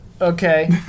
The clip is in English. Okay